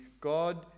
God